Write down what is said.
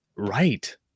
Right